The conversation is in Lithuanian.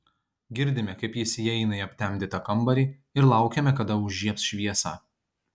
girdime kaip jis įeina į aptemdytą kambarį ir laukiame kada užžiebs šviesą